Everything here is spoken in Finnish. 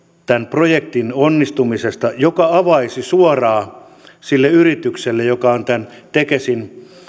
projektin onnistumisesta joka avaisi suoraan sille yritykselle joka on tämän tekesin